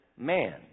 man